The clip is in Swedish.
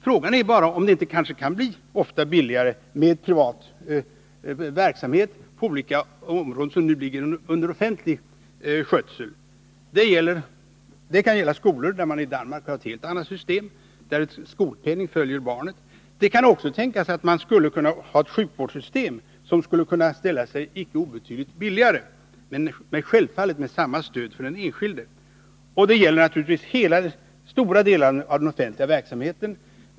Frågan är bara om det inte rent av oftare kan bli billigare med privat verksamhet på olika områden som nu ligger under offentlig skötsel. Det kan bl.a. gälla på skolans område. I exempelvis Danmark har man ett helt annat system, där en skolpenning följer barnet. Även sjukvård i privat regi skulle kanske ställa sig icke obetydligt billigare med samma kvalitet på vården för den enskilde som nu. Samma sak kan naturligtvis gälla för andra, stora delar av den offentliga verksamheten.